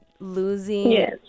losing